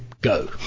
Go